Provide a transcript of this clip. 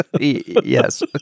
yes